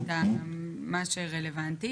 את מה שרלוונטי,